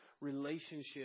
relationship